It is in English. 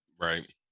right